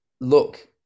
look